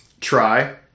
try